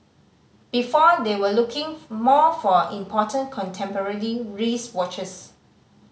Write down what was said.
before they were looking more for important contemporary wristwatches